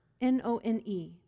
N-O-N-E